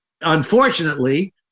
Unfortunately